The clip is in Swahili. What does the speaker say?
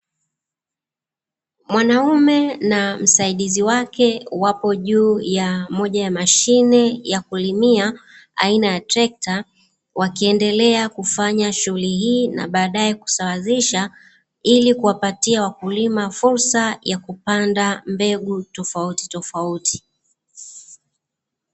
Mwanaume na msaidizi wake wapo juu ya moja ya mashine ya kulimia aina ya trekta, wakiendelea kufanya shughuli hii na baadae kusawazisha ili kuwapatia wakulima fursa ya kupanda mbegu tofautitofauti.